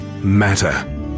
matter